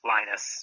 Linus